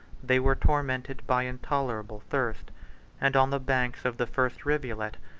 they were tormented by intolerable thirst and on the banks of the first rivulet,